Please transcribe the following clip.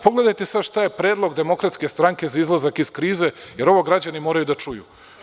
Pogledajte sada šta je predlog DS za izlazak iz krize, jer ovo građani moraju da čuju.